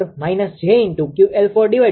તેથી 𝑖4𝑃𝐿4 − છે